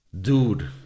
Dude